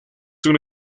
una